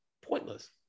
pointless